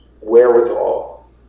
wherewithal